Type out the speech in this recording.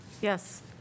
Yes